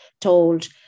told